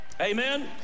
Amen